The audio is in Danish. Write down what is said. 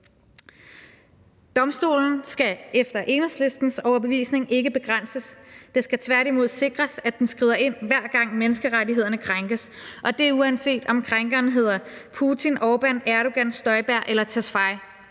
Domstolen skal efter Enhedslistens overbevisning ikke begrænses, men tværtimod skal det sikres, at den skrider ind, hver gang menneskerettighederne krænkes, og det er uanset, om krænkeren hedder Putin, Orbán, Erdogan, Støjberg eller Tesfaye